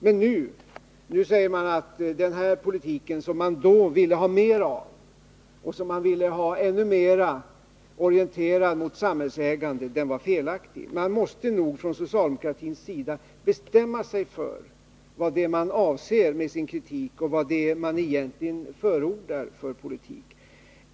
Men nu säger man att denna politik, som man då ville ha mera av och som man ville ha ännu mer orienterad mot samhällsägande, var felaktig. Från socialdemokratins sida måste man nog bestämma sig för vad som avses med kritiken och vilken politik som egentligen förordas.